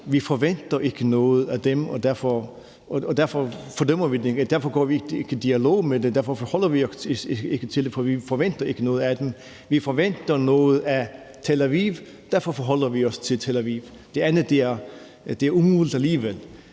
forventer noget af dem, og derfor fordømmer vi dem ikke, og derfor går vi ikke i dialog med dem, og derfor forholder vi os ikke til det. For vi forventer ikke noget af dem. Vi forventer noget af Tel Aviv, og derfor forholder vi os til Tel Aviv, men det andet er alligevel